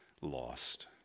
lost